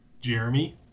Jeremy